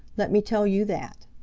let me tell you that!